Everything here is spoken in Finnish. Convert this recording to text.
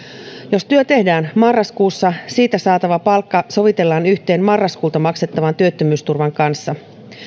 jos työ tehdään marraskuussa siitä saatava palkka sovitellaan yhteen marraskuulta maksettavan työttömyysturvan kanssa